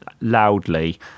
loudly